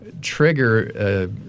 trigger